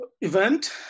event